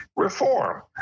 reform